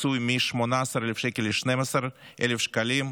פיצוי מ-18,000 שקל ל-12,000 שקלים,